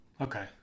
Okay